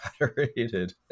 moderated